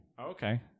Okay